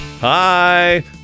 hi